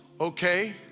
okay